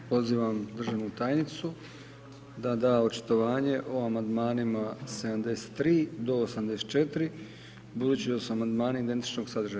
Pozivam državnu tajnicu da da očitovanje o amandmanima 73. do 84. budući da su amandmani identičnog sadržaja.